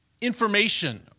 information